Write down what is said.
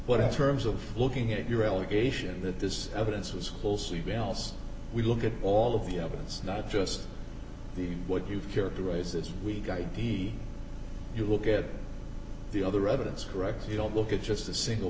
what have terms of looking at your allegation that this evidence was cool sleeve else we look at all of the evidence not just the what you characterize this week id you look at the other evidence correct you don't look at just a single